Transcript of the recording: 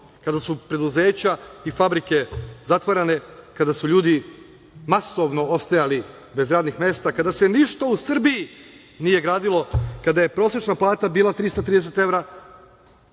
kada su preduzeća i fabrike zatvarane, kada su ljudi masovno ostajali bez radnih mesta, kada se ništa u Srbiji nije gradilo, kada je prosečna plata bila 350 evra,